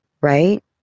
right